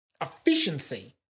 efficiency